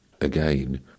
Again